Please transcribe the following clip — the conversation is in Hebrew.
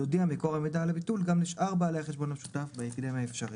יודיע מקור המידע על הביטול גם לשאר בעלי החשבון המשותף בהקדם האפשרי.